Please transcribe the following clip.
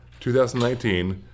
2019